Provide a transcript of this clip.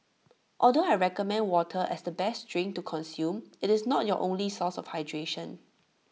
although I recommend water as the best drink to consume IT is not your only source of hydration